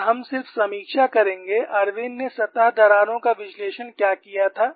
और हम सिर्फ समीक्षा करेंगे इरविन ने सतह दरारों का विश्लेषण क्या किया था